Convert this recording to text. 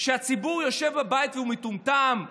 שהציבור יושב בבית והוא מטומטם?